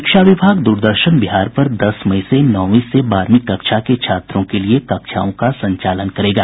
शिक्षा विभाग दूरदर्शन बिहार पर दस मई से नौवीं से बारहवीं कक्षा के छात्रों के लिए कक्षाओं का संचालन करेगा